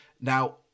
Now